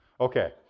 Okay